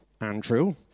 Andrew